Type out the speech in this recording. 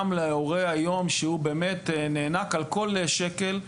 גם להורה היום שהוא באמת נאנק על כל שקל,